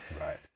Right